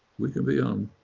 we can be on